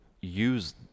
use